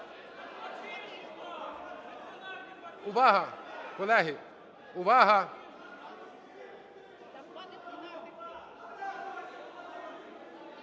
Увага, колеги, увага!